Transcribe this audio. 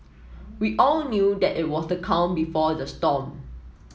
we all knew that it was the calm before the storm